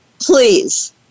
Please